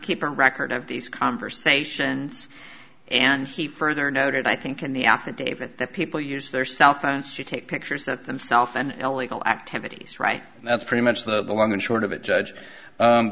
keep record of these conversations and he further noted i think in the affidavit that people use their cell phones to take pictures that themself an illegal activities right and that's pretty much the long and short of it judge